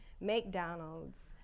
mcdonald's